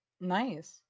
Nice